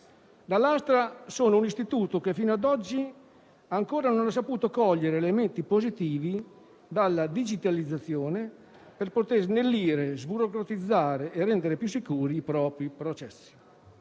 dall'altra sono l'istituto che fino a oggi ancora non ha saputo cogliere gli elementi positivi offerti dalla digitalizzazione per poter snellire, sburocratizzare e rendere più sicuri i propri processi.